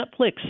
netflix